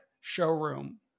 showroom